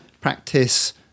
practice